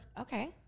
Okay